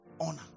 honor